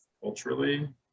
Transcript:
culturally